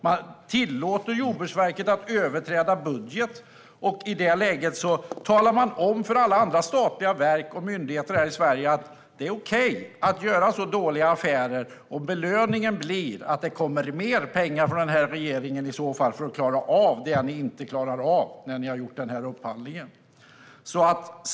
Man tillåter Jordbruksverket att överskrida sin budget, och i det läget talar man om för alla andra statliga verk och myndigheter här i Sverige att det är okej att göra så dåliga affärer. Belöningen blir att det kommer mer pengar från den här regeringen för att klara av det de inte klarade av när de gjorde upphandlingen.